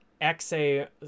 XA